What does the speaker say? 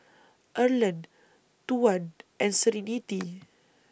Erland Tuan and Serenity